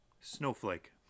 snowflake